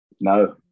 No